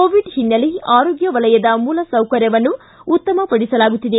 Covid ಹಿನ್ನೆಲೆ ಆರೋಗ್ಯ ವಲಯದ ಮೂಲ ಸೌಕರ್ಯವನ್ನು ಉತ್ತಮ ಪಡಿಸಲಾಗುತ್ತಿದೆ